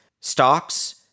stocks